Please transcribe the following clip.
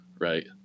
right